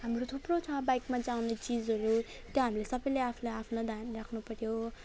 हाम्रो थुप्रो छ बाइकमा चाहिने चिजहरू त्यो हामीले सबैले आफूले आफूलाई ध्यान राख्नुपर्यो